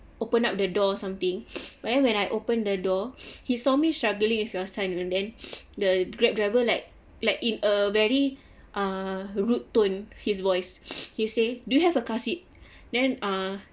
open up the door or something but when I open the door he saw me struggling with your son and then the grab driver like like in a very uh rude tone his voice he say do you have a car then uh